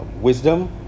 wisdom